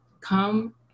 come